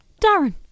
Darren